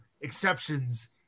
exceptions